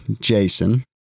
Jason